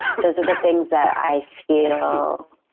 those are the things that i feel